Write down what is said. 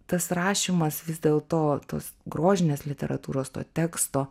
tas rašymas vis dėlto tos grožinės literatūros to teksto